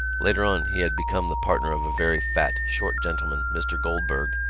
later on he had become the partner of a very fat, short gentleman, mr. goldberg,